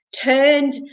turned